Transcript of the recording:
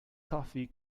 toffee